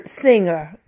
singer